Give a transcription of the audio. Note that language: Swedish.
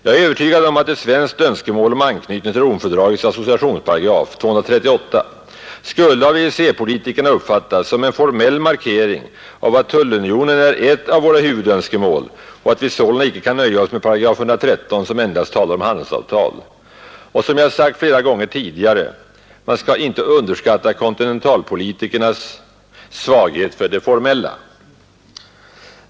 Jag är övertygad om att ett svenskt önskemål om anknytning till Romfördragets associationsparagraf — 238 — skulle av EEC-politikerna uppfattas som en formell markering av att tullunionen är ett av våra huvudönskemål och att vi sålunda icke kan nöja oss med paragraf 113, som endast talar om handelsavtal. Och som jag sagt flera gånger tidigare — man skall inte underskatta kontinentalpolitikernas svaghet för det formella.